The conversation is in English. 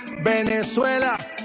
Venezuela